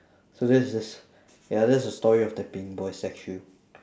so that's the s~ ya that's the story of the peeing boy statue